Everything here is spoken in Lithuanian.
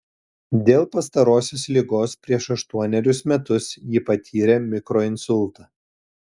dėl pastarosios ligos prieš aštuonerius metus ji patyrė mikroinsultą